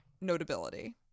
notability